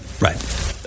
Right